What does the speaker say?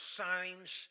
signs